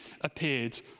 appeared